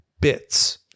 bits